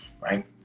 right